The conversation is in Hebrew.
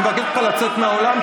אני מבקש ממך לצאת מהאולם,